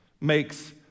makes